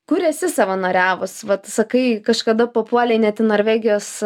kur esi savanoriavus vat sakai kažkada papuolei net į norvegijos